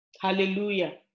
Hallelujah